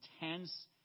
intense